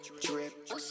drip